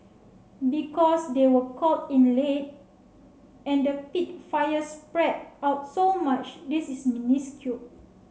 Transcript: because they were called in late and the peat fire spread out so much this is minuscule